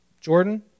Jordan